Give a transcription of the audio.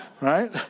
Right